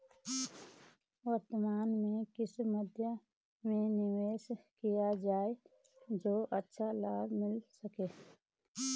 वर्तमान में किस मध्य में निवेश किया जाए जो अच्छा लाभ मिल सके?